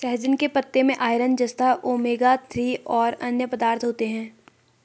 सहजन के पत्ते में आयरन, जस्ता, ओमेगा थ्री और अन्य पदार्थ होते है